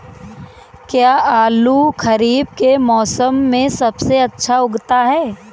क्या आलू खरीफ के मौसम में सबसे अच्छा उगता है?